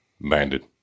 Banded